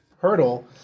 hurdle